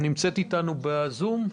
שנמצאת איתנו בזום.